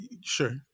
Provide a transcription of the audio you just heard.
sure